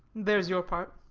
there is your part.